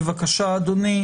בבקשה אדוני,